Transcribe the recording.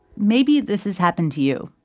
maybe this has happened to you,